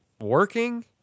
working